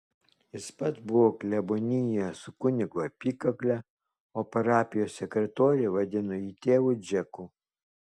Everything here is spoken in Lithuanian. jis pats buvo klebonijoje su kunigo apykakle o parapijos sekretorė vadino jį tėvu džeku